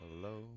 Hello